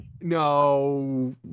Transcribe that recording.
No